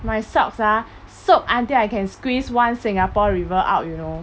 my socks ah soak until I can squeeze one singapore river out you know